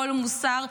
כל מוסר,